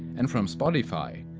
and from spotify!